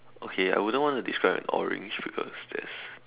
okay I wouldn't want to describe an orange because that's